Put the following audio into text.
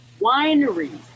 Wineries